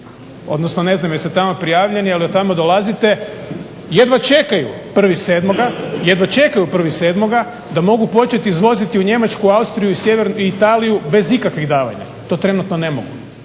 odnosno ne znam jeste tamo prijavljeni ili od tamo dolazite jedva čekaju 1.7. da mogu početi izvoziti u Njemačku, Austriju, Italiju bez ikakvih davanja. To trenutno ne mogu.